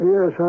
Yes